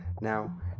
Now